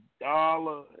dollar